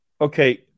Okay